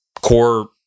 core